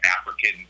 African